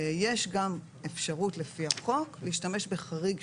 לפי החוק יש גם אפשרות להשתמש בחריג,